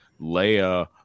Leia